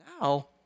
Now